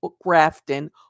Grafton